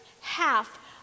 half